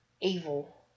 evil